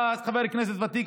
אתה חבר כנסת ותיק,